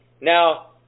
Now